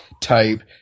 type